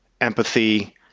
empathy